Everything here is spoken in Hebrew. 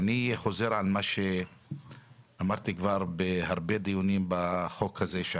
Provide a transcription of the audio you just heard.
דיברנו בישיבה הקודמת פה ואמרנו שהעניין הזה של